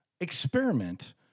experiment